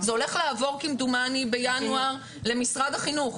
זה הולך לעבור, כמדומני, בינואר למשרד החינוך.